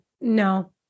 no